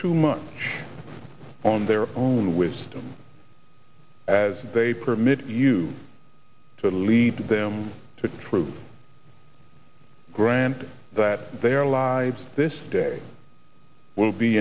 too much on their own wisdom as they permitted you to lead them to truth grant that their lives this day will be